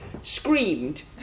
screamed